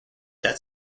that